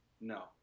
No